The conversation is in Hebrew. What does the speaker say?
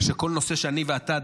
שכל נושא שאני ואתה,